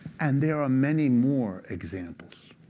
and there are many more examples.